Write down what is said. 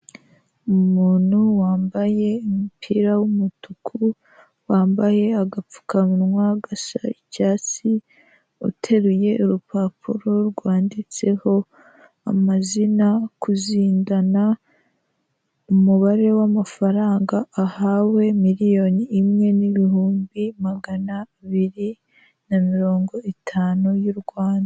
Umuntu wambaye umupira w'umutuku, wambaye agapfukamunwa gasa icyatsi, uteruye urupapuro rwanditseho amazina kuzindana, umubare w'amafaranga ahawe miliyoni imwe n'ibihumbi magana abiri na mirongo itanu y'u Rwanda.